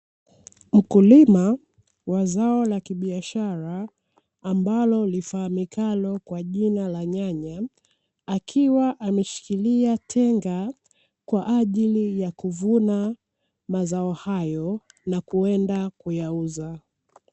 Mkulima wa zao la kibiashara ambalo lifahamikalo kwa jina la nyanya, akiwa ameshikilia tenga kwa ajili ya kuvuna mazao hayo na kwenda kuyauza.